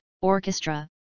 orchestra